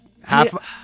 half